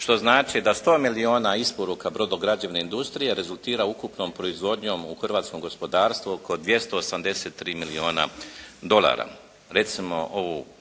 što znači da 100 milijuna isporuka brodograđevne industrije rezultira ukupnom proizvodnjom u hrvatskom gospodarstvu oko 283 milijuna dolara.